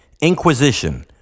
inquisition